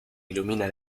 ilumina